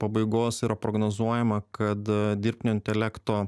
pabaigos yra prognozuojama kad dirbtinio intelekto